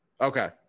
Okay